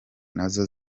nazo